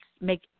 make